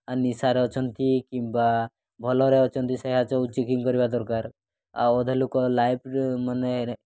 ନିଶାରେ ଅଛନ୍ତି କିମ୍ବା ଭଲରେ ଅଛନ୍ତି ସେଇୟା ଯେଉଁ ଚେକିଂ କରିବା ଦରକାର ଆଉ ଅଧେ ଲୋକ ଲାଇଫ୍ ମାନେ